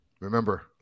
Remember